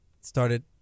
started